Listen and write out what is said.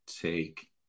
take